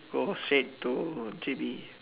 go straight to J_B